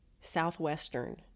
southwestern